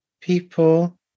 people